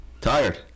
Tired